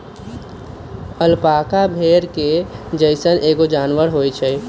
alpaca भेड़ के जइसन एगो जानवर होई छई